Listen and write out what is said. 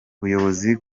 buyobozi